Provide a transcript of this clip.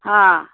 हाँ